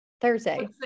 Thursday